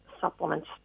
supplements